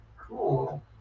Cool